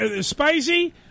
spicy